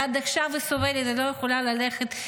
ועד עכשיו היא סובלת, היא לא יכולה ללכת.